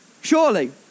Surely